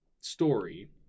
Story